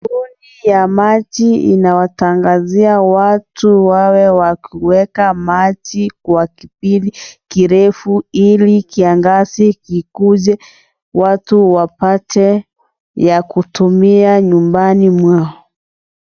Lori ya maji inawatangazia watu wawe wakiweka maji kwa kipindi kirefu ili kiangazi kikija watu wapate ya kutumia nyumbani mwao.